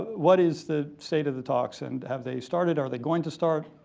what is the state of the talks? and have they started? are they going to start?